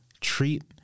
treat